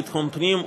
ביטחון הפנים,